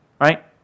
right